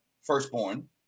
firstborn